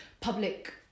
public